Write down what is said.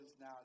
now